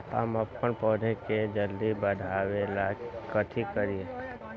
हम अपन पौधा के जल्दी बाढ़आवेला कथि करिए?